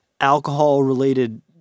alcohol-related